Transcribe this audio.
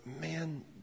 man